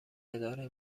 اداره